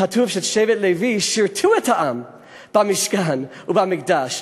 כתוב ששבט לוי שירתו את העם במשכן ובמקדש,